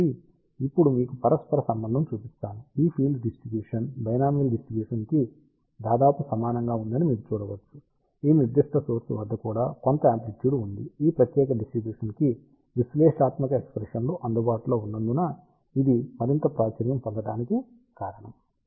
కాబట్టి ఇప్పుడు మీకు పరస్పర సంబంధం చూపిస్తాను ఈ ఫీల్డ్ డిస్ట్రిబ్యూషన్ బైనామియల్ డిస్ట్రిబ్యూషన్ కి దాదాపు సమానంగా ఉందని మీరు చూడవచ్చు ఈ నిర్దిష్ట సోర్స్ వద్ద కూడా కొంత యామ్ప్లిట్యుడ్ ఉంది ఈ ప్రత్యేక డిస్ట్రిబ్యూషన్ కి విశ్లేషణాత్మక ఎక్ష్ప్రెషన్లు అందుబాటులో ఉన్నందున ఇది మరింత ప్రాచుర్యం పొందటానికి కారణం